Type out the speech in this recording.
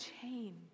change